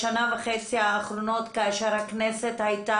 בשנה וחצי האחרונות כאשר הכנסת הייתה